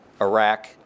Iraq